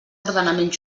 ordenament